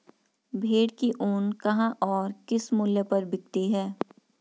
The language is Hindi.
भेड़ की ऊन कहाँ और किस मूल्य पर बिकती है?